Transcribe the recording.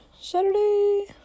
Saturday